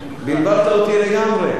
בלבלת אותי לגמרי.